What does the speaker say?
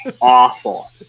Awful